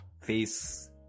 face